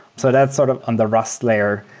so that's sort of on the rust layer.